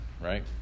right